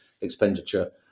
expenditure